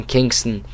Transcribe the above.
Kingston